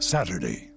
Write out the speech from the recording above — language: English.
Saturday